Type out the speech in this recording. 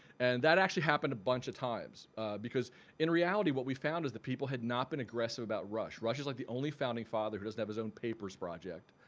and that actually happened a bunch of times because in reality what we found is the people had not been aggressive about rush. rush is like the only founding father doesn't have his own papers project.